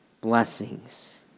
blessings